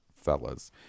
fellas